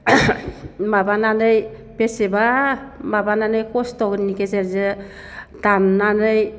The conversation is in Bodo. माबानानै बेसेबा माबानानै खस्थ'नि गेजेरजो दामननानै